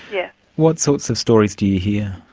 yeah what sorts of stories do you hear?